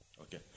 Okay